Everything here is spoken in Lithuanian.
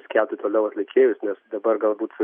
skelbti toliau atlikėjus nes dabar galbūt